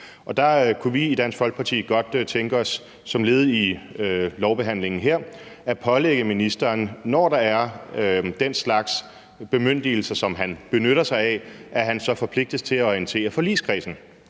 Der kunne vi i Dansk Folkeparti godt tænke os som led i lovbehandlingen her at pålægge ministeren, når der er den slags bemyndigelser, som han benytter sig af, pligt til at orientere forligskredsen,